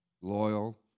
loyal